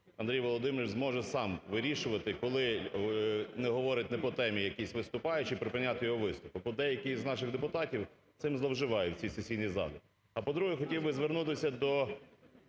Андрій Володимирович зможе сам вирішувати, коли говорить не по темі якийсь виступаючий, припиняти його виступ. Бо деякі з наших депутатів цим зловживають у цій сесійній залі. А, по-друге, хотів би звернутися до